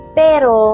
pero